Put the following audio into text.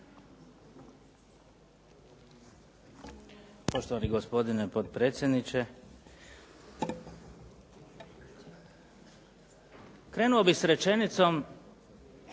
Poštovani gospodine potpredsjedniče, krenuo bih s rečenicom